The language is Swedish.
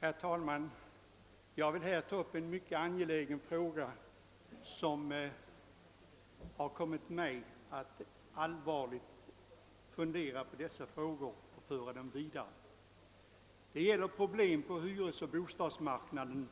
Herr talman! Jag vill ta upp en ytterst angelägen fråga. Den gäller de aktuella problemen på hyresoch bostadsmarknaden.